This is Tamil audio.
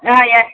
ஆ எஸ்